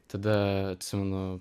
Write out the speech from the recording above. tada atsimenu